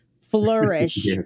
flourish